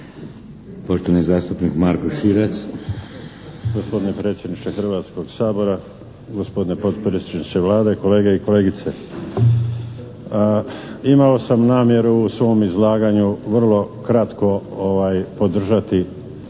**Širac, Marko (HDZ)** Gospodine predsjedniče Hrvatskoga sabora, gospodine potpredsjedniče Vlade, kolege i kolegice! Imao sam namjeru u svom izlaganju vrlo kratko podržati